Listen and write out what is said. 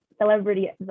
celebrity